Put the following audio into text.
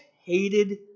hated